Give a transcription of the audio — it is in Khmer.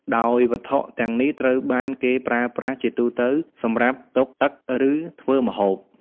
ដោយវត្ថុទាំងនេះត្រូវបានគេប្រើប្រាស់ជាទូទៅសម្រាប់ទុកទឹក ឬធ្វើម្ហូប។